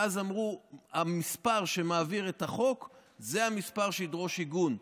ואז אמרו שהמספר שמעביר את החוק זה המספר שידרוש עיגון.